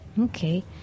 Okay